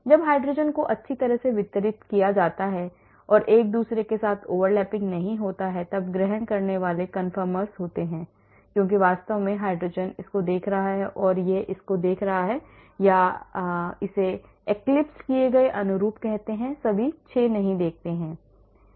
जब हाइड्रोजेन को अच्छी तरह से वितरित किया जाता है और एक दूसरे के साथ over lapping नहीं होता है तब ग्रहण करने वाले कंफर्मर्स होते हैं क्योंकि वास्तव में हाइड्रोजन इसको देख रहा है यह इसको देख रहा है या हम इसे eclipsed किए गए अनुरूप कहते हैं सभी 6 नहीं देखते हैं